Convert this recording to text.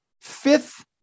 fifth